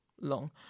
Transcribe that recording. long